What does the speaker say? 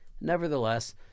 Nevertheless